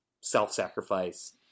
Self-sacrifice